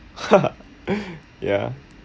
ya